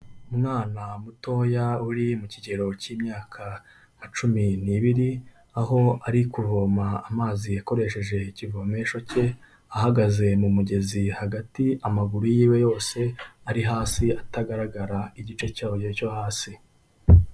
Umwana mutoya uri mu kigero cy'imyaka nka cumi n'ibiri, aho ari kuvoma amazi akoresheje ikivomesho cye, ahagaze mu mugezi hagati amaguru y'iwe yose ari hasi, atagaragara igice cyayo cyo hasi.